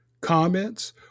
comments